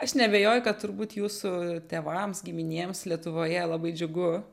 aš neabejoju kad turbūt jūsų tėvams giminėms lietuvoje labai džiugu